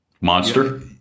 Monster